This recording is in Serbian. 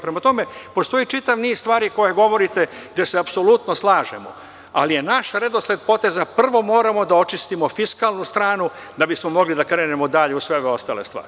Prema tome, postoji čitav niz stari koje govorite gde se apsolutno slažemo, ali je naš redosled poteza - prvo moramo da očistimo fiskalnu stranu, da bismo mogli da krenemo dalje u sve ove ostale stvari.